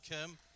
Kim